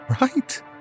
right